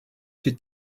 she